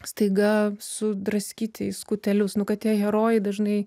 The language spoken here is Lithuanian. staiga sudraskyti į skutelius nu kad tie herojai dažnai